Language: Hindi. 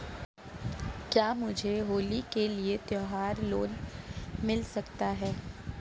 क्या मुझे होली के लिए त्यौहार लोंन मिल सकता है?